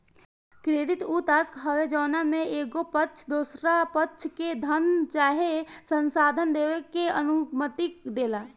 credit उ trust हवे जवना में एगो पक्ष दोसरा पक्ष के धन चाहे संसाधन देबे के अनुमति देला